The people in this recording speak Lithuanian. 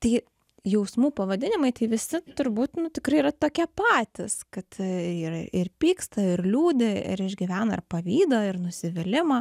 tai jausmų pavadinimai tai visi turbūt nu tikrai yra tokie padėtys kad yra ir pyksta ir liūdi ir išgyvena ir pavydą ir nusivylimą